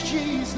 Jesus